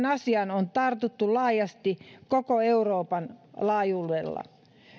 asiaan on tartuttu laajasti koko euroopan laajuudella